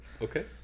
Okay